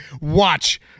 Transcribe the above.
Watch